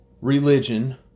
religion